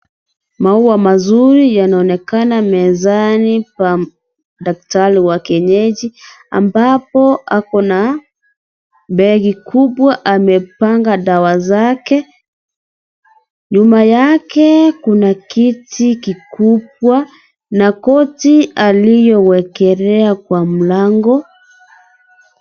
Maua mazuri yanaonekana mezani pa daktari wa kienyeji ambapo ako na begi kubwa amepanga dawa zake. Nyuma yake kuna kiti kikubwa na koti alilowekelea kwa mlango.